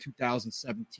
2017